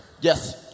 Yes